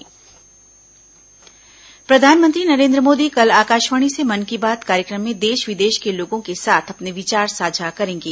मन की बात प्रधानमंत्री नरेंद्र मोदी कल आकाशवाणी से मन की बात कार्यक्रम में देश विदेश के लोगों के साथ अपने विचार साझा करेंगे